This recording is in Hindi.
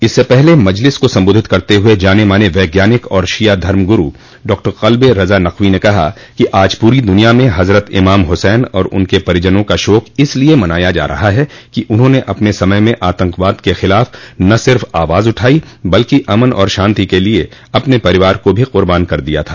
इससे पहले मजलिस को सम्बोधित करते हुये जाने माने वैज्ञानिक और शिया धर्मगुरू डॉ कल्बे रज़ा नक़वी ने कहा कि आज पूरी दुनिया में हजरत इमाम हुसैन और उनके परिजनों का शोक इसलिये मनाया जा रहा है कि उन्होंने अपने समय में आतंकवाद के ख़िलाफ न सिफ आवाज उठाई बल्कि अमन और शांति के लिये अपने परिवार को भी कर्बान कर दिया था